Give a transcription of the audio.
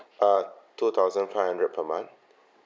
uh two thousand five hundred per month